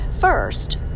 first